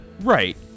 Right